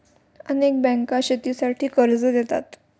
अनेक बँका शेतीसाठी कर्ज देतात